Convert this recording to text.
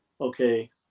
okay